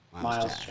Miles